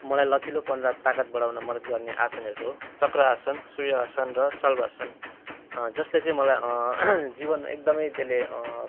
मलाई लचिलोपन र ताकत बढाउन मद्त गर्ने आसनहरू हो चक्रासन सूर्यासन र शल्वासन जसले चाहिँ मलाई जीवनमा एकदमै त्यसले